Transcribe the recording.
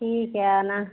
ठीक है आना